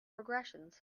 regressions